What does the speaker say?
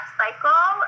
cycle